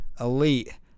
elite